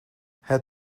het